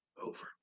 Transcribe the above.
over